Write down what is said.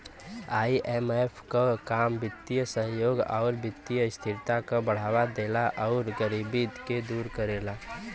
IMF क काम वित्तीय सहयोग आउर वित्तीय स्थिरता क बढ़ावा देला आउर गरीबी के दूर करेला